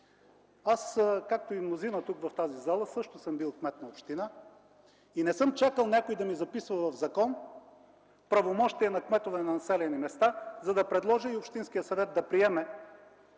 тях. Както и мнозина тук в тази зала, аз също съм бил кмет на община и не съм чакал някой да ми записва в закон „Правомощия на кметове на населени места”, за да предложа и общинският съвет да приеме,